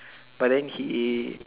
but then he